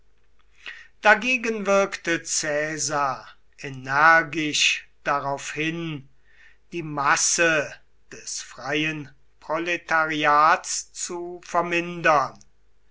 dagegen wirkte caesar energisch darauf hin die masse des freien proletariats zu vermindern